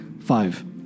Five